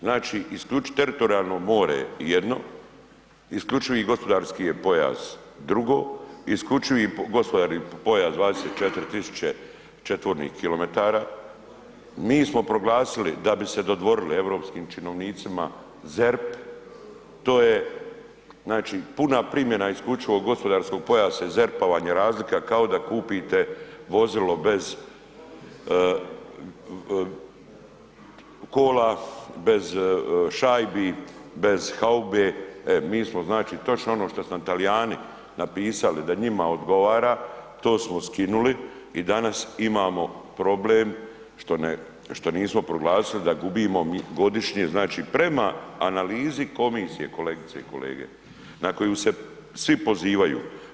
Znači, teritorijalno more je jedno, isključivi gospodarski pojas je drugo, isključivi gospodarski pojas 24.000 četvornih km mi smo proglasili da bi se dodvorili europski činovnicima ZERP, to je znači puna primjena isključivog gospodarskog pojasa i ZERP-a vam je razlika kao da kupite vozilo bez kola, bez šajbi, bez haube, mi smo znači točno ono što su nam Talijani napisali da njima odgovara to smo skinuli i danas imamo problem što nismo proglasili da gubimo godišnje znači prema analizi komisije, kolegice i kolege, na koju se svi pozivaju.